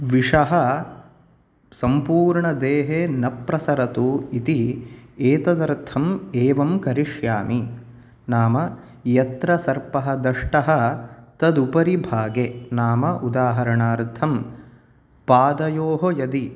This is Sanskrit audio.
विषः सम्पूर्ण देहे न प्रसरतु इति एतदर्थं एवं करिष्यामि नाम यत्र सर्पः दष्टः तदुपरि भागे नाम उदाहरणार्थं पादयोः यदि